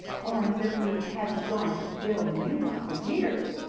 or as if we hadn't wanted to build a new one for years,